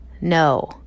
No